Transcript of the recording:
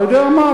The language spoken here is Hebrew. אתה יודע מה?